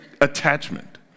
attachment